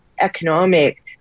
economic